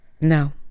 No